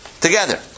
together